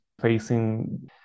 facing